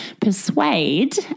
persuade